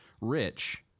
rich